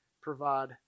provide